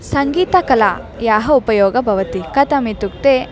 सङ्गीतकलायाः उपयोगं भवति कथम् इत्युक्ते